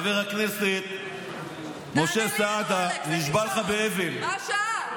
חבר הכנסת משה סעדה, נשבע לך בהבל, מה השעה?